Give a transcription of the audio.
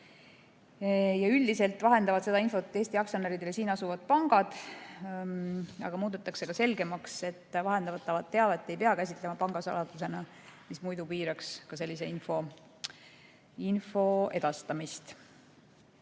Üldiselt vahendavad seda infot Eesti aktsionäridele siin asuvad pangad, aga muudetakse ka selgemaks, et vahendatavat teavet ei pea käsitlema pangasaladusena, mis muidu piiraks sellise info edastamist.